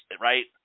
Right